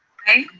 aye.